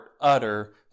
utter